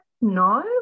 no